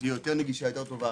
שתהיה יותר נגישה, יותר טובה.